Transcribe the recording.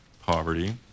poverty